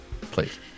Please